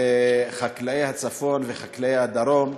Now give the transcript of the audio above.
חקלאי הצפון וחקלאי הדרום,